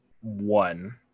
one